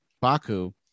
Baku